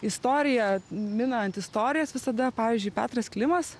istorija minant istorijas visada pavyzdžiui petras klimas